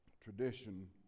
Tradition